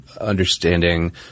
understanding